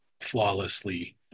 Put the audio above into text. flawlessly